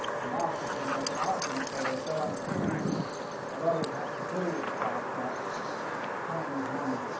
and marx is going to make an argument, saying you've got to understand that a lot of it has to do with the fact that time is money.